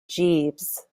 jeeves